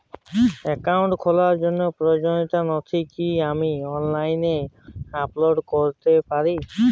Account খোলার জন্য প্রয়োজনীয় নথি কি আমি অনলাইনে আপলোড করতে পারি?